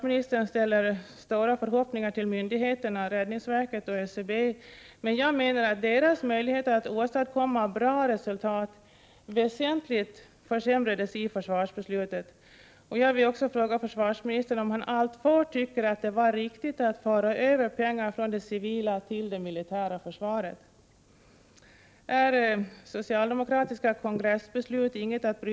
I regel måste skydden byggas in i redan befintliga byggnader. Detta är 2—3 gånger så dyrt som vid nyproduktion.